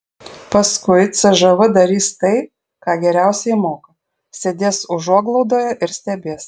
paskui cžv darys tai ką geriausiai moka sėdės užuoglaudoje ir stebės